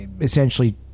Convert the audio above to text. essentially